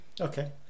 okay